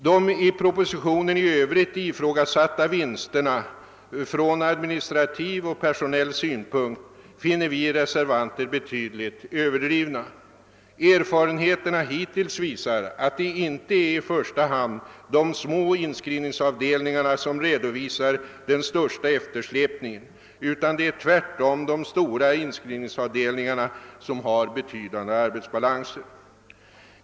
De i propositionen i övrigt ifrågasatta vinsterna från administrativ och personell synpunkt finner vi reservanter betydligt överdrivna. Erfarenheterna hittills visar att det inte är i första hand de små inskrivningsavdelningarna som redovisar den största eftersläpningen utan att det tvärtom är de stora inskrivningsavdelningarna som har betydande arbetsbalanser.